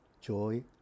joy